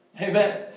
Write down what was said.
Amen